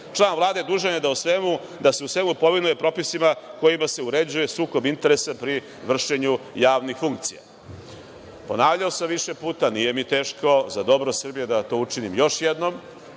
Član vlade dužan je da se u svemu povinuje propisima kojima se uređuje sukob interesa pri vršenju javnih funkcija. Ponavljao sam više puta, nije mi teško za dobro Srbije da to učinim još jednom,